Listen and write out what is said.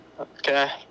Okay